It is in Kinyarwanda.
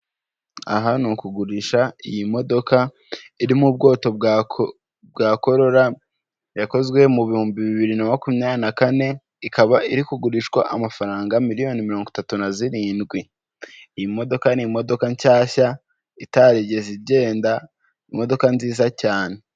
Aha ni ukugurisha iyi modoka iri mu bwoto bwa korora yakozwe mu bihumbi bibiri na makumyabiri na kane ikaba iri kugurishwa amafaranga miliyoni mirongo itatu na zirindwi iyi modoka ni imodoka nshyashya itarigeze igenda imodoka nziza cyane.